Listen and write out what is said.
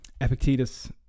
epictetus